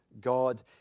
God